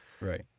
Right